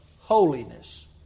holiness